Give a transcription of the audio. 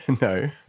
No